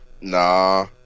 nah